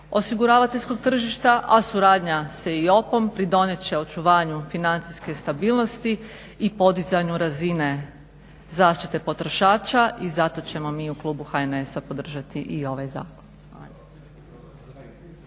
osiguravateljskog tržišta, a suradnja sa EIOP-om pridonijet će očuvanje financijske stabilnosti i podizanju razine zaštite potrošača i zato ćemo mi u klubu HNS-a podržati i ovaj zakon.